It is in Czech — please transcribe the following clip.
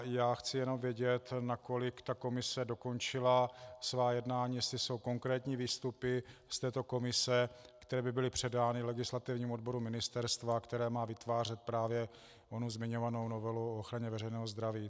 Já chci jenom vědět, nakolik komise dokončila svá jednání, jestli jsou konkrétní výstupy z této komise, které by byly předány v legislativním odboru ministerstva, které má vytvářet onu zmiňovanou novelu o ochraně veřejného zdraví.